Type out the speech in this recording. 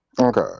Okay